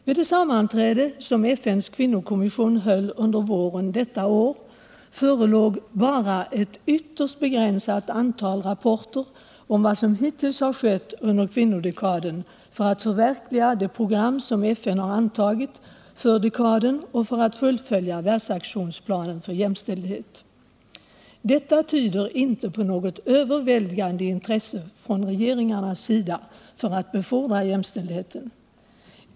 Vid det sammanträde som FN:s kvinnokommission höll under våren detta år förelåg bara ett ytterst begränsat antal rapporter om vad som hittills skett under kvinnodekaden för att förverkliga det program som FN antagit för dekaden och för att fullfölja världsaktionsplanen för jämställdhet. Detta tyder inte på något överväldigande intresse från regeringarnas sida för att befordra jämställdhet.